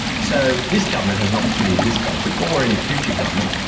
so this government has an opportunity in this budget, or any future government,